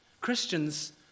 Christians